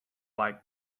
like